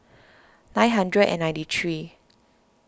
nine hundred and ninety three